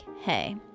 hey